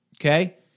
okay